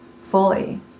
fully